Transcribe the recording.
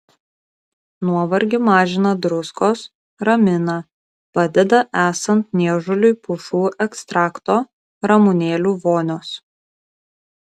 nuovargį mažina druskos ramina padeda esant niežuliui pušų ekstrakto ramunėlių vonios